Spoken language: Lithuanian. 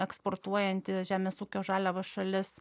eksportuojanti žemės ūkio žaliavas šalis